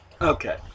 okay